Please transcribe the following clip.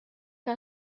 que